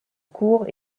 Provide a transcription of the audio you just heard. cours